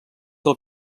del